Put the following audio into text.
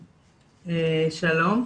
שלום.